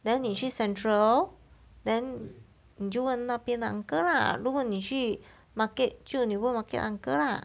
then 你去 central then 你就问那边的 uncle lah 如果你去 market 就你问 market uncle lah